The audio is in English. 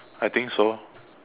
I think so